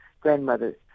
grandmothers